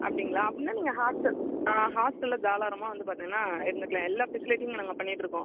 அப்படிங்களா அப்படின்னா நீங்கள் ஹாஸ்ட்டல் ஹாஸ்ட்டல்ல தாளாரமாக வந்து பார்த்திங்கன்னா இருந்துக்கலாம் எல்லா ஃபெசிலிட்டியுமே நாங்கள் பண்ணிகிட்ருக்கோம்